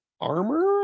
armor